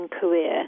career